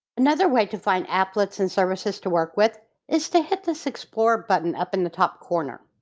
another way to find applets and services to work with is to hit this explore button up in the top corner.